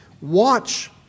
Watch